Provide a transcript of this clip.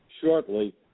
shortly